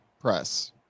press